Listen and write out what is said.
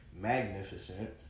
magnificent